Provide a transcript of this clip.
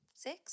Six